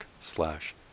slash